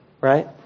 right